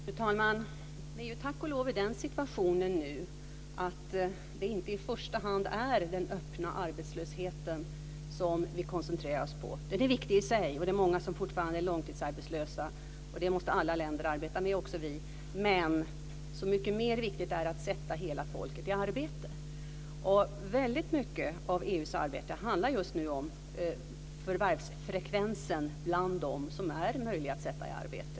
Fru talman! Vi är nu tack och lov i den situationen att det inte i första hand är den öppna arbetslösheten som vi koncentrerar oss på. Den är viktig i sig, och det är många som fortfarande är långtidsarbetslösa. Det måste alla länder arbeta med, och också vi. Men så mycket mer viktigt är att sätta hela folket i arbete. Väldigt mycket av EU:s arbete handlar just nu om förvärvsfrekvensen bland dem som är möjliga att sätta i arbete.